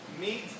meet